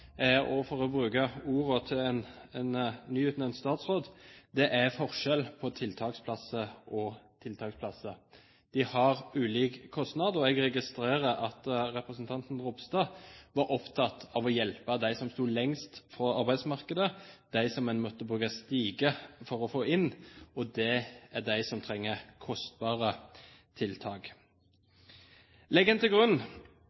og for å bruke ordene til en nyutnevnt statsråd: Det er forskjell på tiltaksplasser og tiltaksplasser. De har ulik kostnad. Jeg registrerer at representanten Ropstad var opptatt av å hjelpe dem som sto lengst fra arbeidsmarkedet, de som en måtte bruke «stige» for å få inn. Og det er de som trenger kostbare tiltak. Legger en til grunn